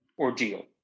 ordeal